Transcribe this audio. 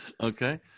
Okay